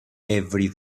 every